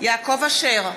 יעקב אשר,